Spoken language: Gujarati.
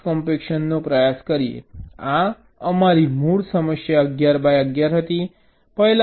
આ અમારી મૂળ સમસ્યા 11 બાય 11 હતી